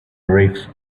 reefs